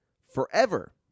forever